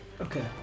Okay